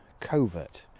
Covert